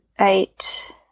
eight